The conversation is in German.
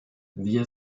wir